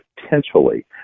potentially